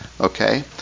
Okay